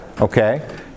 okay